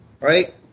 right